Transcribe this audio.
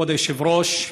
כבוד היושב-ראש,